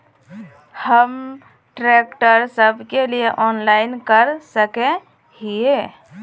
हम ट्रैक्टर सब के लिए ऑनलाइन कर सके हिये?